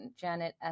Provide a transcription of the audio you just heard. Janet